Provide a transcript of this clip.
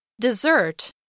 Dessert